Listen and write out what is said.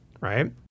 right